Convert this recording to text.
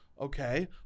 Okay